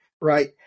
right